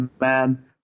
man